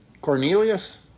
Cornelius